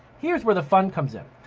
here's where the fun comes in.